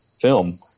film